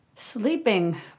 Sleeping